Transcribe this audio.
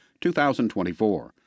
2024